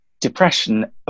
depression